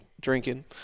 drinking